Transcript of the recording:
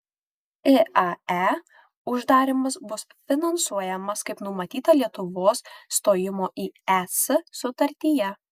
iae uždarymas bus finansuojamas kaip numatyta lietuvos stojimo į es sutartyje